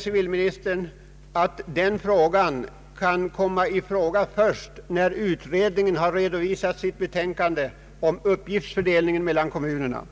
Civilministern anför dock att den kan komma att behandlas först när utredningen redovisat sitt betänkande om uppgiftsfördelningen mellan kommunerna.